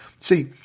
See